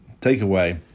takeaway